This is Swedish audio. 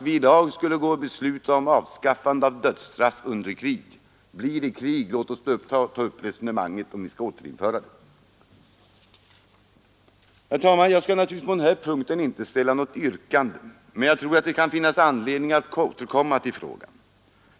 Vi skall alltså i dag besluta om avskaffande av dödsstraffet under krig. Blir det krig — ja, låt oss då uppta resonemanget om vi skall återinföra det! Herr talman! Jag skall inte ställa något yrkande under denna punkt, men jag tror att det finns anledning att återkomma till frågan.